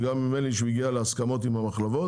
וגם נדמה לי שהוא הגיע להסכמות עם המחלבות,